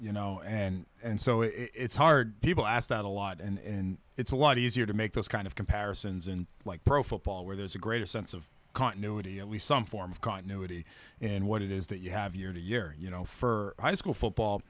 you know and and so it's hard he will ask that a lot and it's a lot easier to make those kind of comparisons and like pro football where there's a greater sense of continuity and leave some form of continuity in what it is that you have year to year you know for high school football